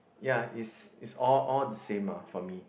ya it's it's all all the same ah for me